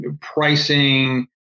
pricing